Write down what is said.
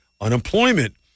Unemployment